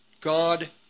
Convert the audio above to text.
God